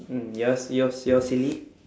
mm yours yours yours silly